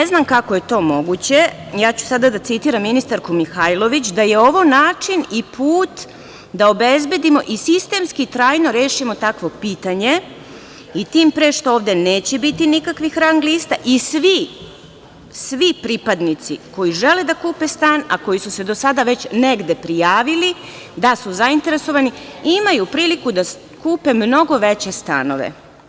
Ne znam kako je to moguće, sada ću citirati ministarku Mihajlović - da je ovo način i put da obezbedimo i sistemski trajno rešimo takvo pitanje, tim pre što ovde neće biti nikakvih rang lista i svi pripadnici koji žele da kupe stan, a koji su se do sada već negde prijavili da su zainteresovani, imaju priliku da kupe mnogo veće stanove.